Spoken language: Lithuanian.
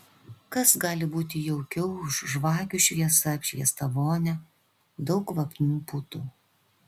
kas gali būti jaukiau už žvakių šviesa apšviestą vonią daug kvapnių putų